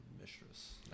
mistress